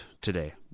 today